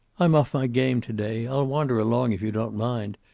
i'm off my game to-day. i'll wander along, if you don't mind.